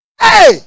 hey